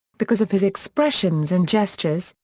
because of his expressions and gestures,